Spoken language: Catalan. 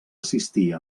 assistir